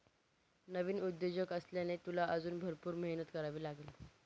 नवीन उद्योजक असल्याने, तुला अजून भरपूर मेहनत करावी लागेल